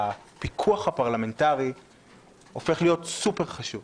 הפיקוח הפרלמנטרי הופך להיות סופר חשוב.